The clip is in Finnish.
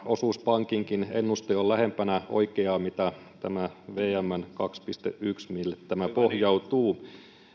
osuuspankinkin ennuste on lähempänä oikeaa kuin tämä vmn kaksi pilkku yksi mille tämä pohjautuu